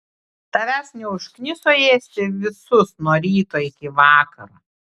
tavęs neužkniso ėsti visus nuo ryto iki vakaro